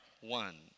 one